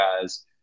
guys